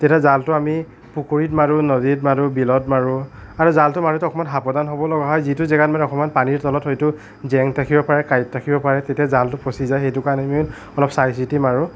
তেতিয়া জালটো আমি পুখুৰীত মাৰোঁ নদীত মাৰোঁ বিলত মাৰোঁ আৰু জালটো মাৰোঁতে অকণমান সাৱধান হ'ব লগা হয় যিটো জেগাত মানে অকণমান পানীৰ তলত হয়তু জেং থাকিব পাৰে কাঁইট থাকিব পাৰে তেতিয়া জালটো ফঁছি যায় সেইটো কাৰণে আমি অলপ চাই চিতি মাৰোঁ